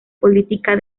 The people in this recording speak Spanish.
política